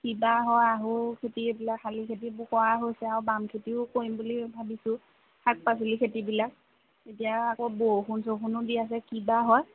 কিবা সৌ আহু খেতি এইবিলাক শালি খেতি কৰা হৈছে বাম খেতিও কৰিম বুলি ভাবিছোঁ শাক পাচলিৰ খেতিবিলাক এতিয়া আকৌ বৰষুণ চৰষুণো দি আছে কি বা হয়